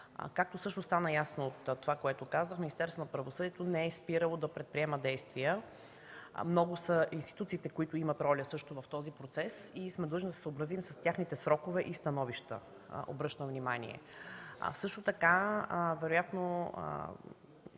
Както всъщност стана ясно от това, което казах, Министерството на правосъдието не е спирало да предприема действия. Много са институциите, които също имат роля в този процес и сме длъжни да се съобразим с техните срокове и становища. Обръщам внимание. Също така, вероятно